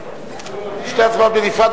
שתי הצבעות בנפרד,